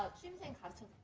she hasn't